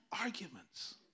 arguments